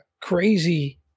crazy